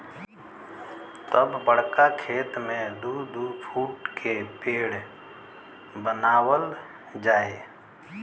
तब बड़का खेत मे दू दू फूट के मेड़ बनावल जाए